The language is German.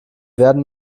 werden